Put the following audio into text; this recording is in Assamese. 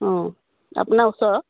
অঁ আপোনাৰ ওচৰৰ